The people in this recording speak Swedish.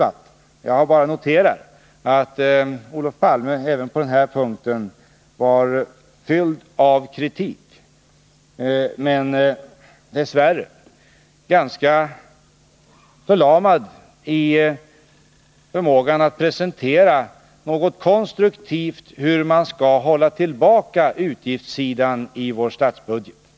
Jag vill bara säga att jag har noterat att Olof Palmes anförande på den här punkten var fyllt av kritik, men dess värre var han ganska förlamad i sin förmåga att presentera några konstruktiva förslag om hur man skall hålla tillbaka utgiftssidan i vår statsbudget.